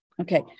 Okay